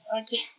Okay